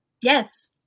Yes